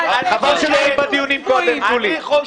אל תהיו כפויים.